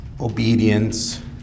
obedience